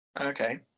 Okay